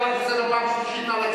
אני קורא אותך לסדר פעם שלישית.